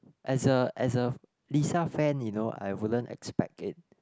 as a as a Lisa fan you know I wouldn't expect it